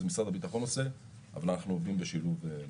זה משרד הביטחון עושה אבל אנחנו עובדים בשילוב מלא.